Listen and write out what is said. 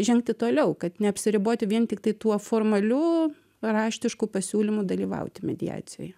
žengti toliau kad neapsiriboti vien tiktai tuo formaliu raštišku pasiūlymu dalyvauti mediacijoje